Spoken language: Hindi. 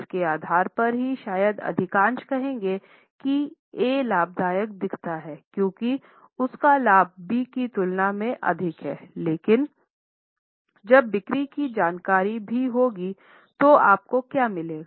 इनके आधार पर ही शायद अधिकांश कहेंगे कि A लाभदायक दिखता है क्योंकि उनका लाभ B की तुलना में बहुत अधिक है लेकिन जब बिक्री की जानकारी भी होंगी तब आपको क्या मिलेगा